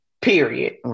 period